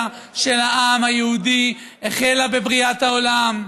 של העם היהודי החלה בבריאת העולם.